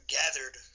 gathered